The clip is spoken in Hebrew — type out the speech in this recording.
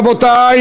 רבותי?